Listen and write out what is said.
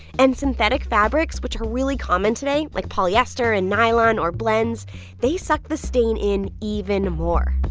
and synthetic fabrics, which are really common today like polyester and nylon or blends they suck the stain in even more